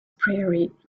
prairie